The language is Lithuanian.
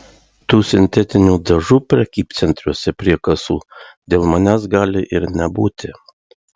tų sintetinių dažų prekybcentriuose prie kasų dėl manęs gali ir nebūti